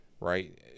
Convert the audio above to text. Right